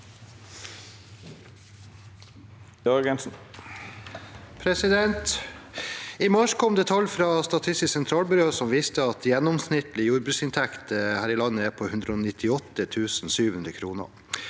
«I mars kom tall fra Statistisk sentralbyrå som viste at gjennomsnittlig jordbruksinntekt er på 198 700 kr.